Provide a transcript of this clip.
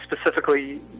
specifically